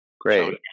Great